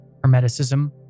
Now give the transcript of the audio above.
Hermeticism